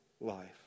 life